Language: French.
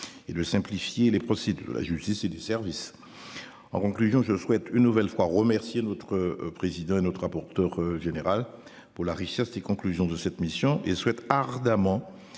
et de simplifier les procédures de la justice et des services. En conclusion, je souhaite une nouvelle fois remercier notre président et notre rapporteur général pour la richesse des conclusions de cette mission et souhaite ardemment.